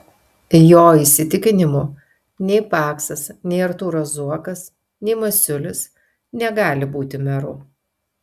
jo įsitikinimu nei paksas nei artūras zuokas nei masiulis negali būti meru